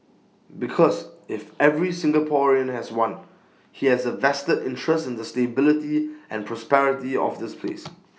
because if every Singaporean has one he has A vested interest in the stability and prosperity of this place